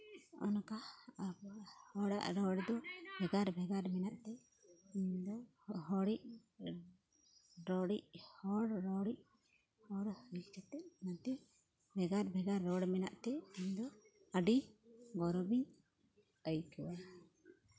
ᱚᱱᱠᱟ ᱟᱵᱚᱣᱟᱜ ᱦᱚᱲᱟᱜ ᱨᱚᱲᱫᱚ ᱵᱷᱮᱜᱟᱨ ᱵᱷᱮᱜᱟᱨ ᱢᱮᱱᱟᱜ ᱛᱮ ᱤᱧᱫᱚ ᱦᱚᱲᱤᱡ ᱦᱚᱲ ᱨᱚᱲ ᱦᱚᱲ ᱦᱩᱭ ᱠᱟᱛᱮ ᱚᱱᱟᱛᱮ ᱵᱷᱮᱜᱟᱨ ᱵᱷᱮᱜᱟᱨ ᱨᱚᱲ ᱢᱮᱱᱟᱜ ᱛᱮ ᱤᱧᱫᱚ ᱟᱹᱰᱤ ᱜᱚᱨᱚᱵᱤᱧ ᱟᱹᱭᱠᱟᱹᱣᱟ